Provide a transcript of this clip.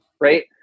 right